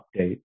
update